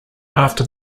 after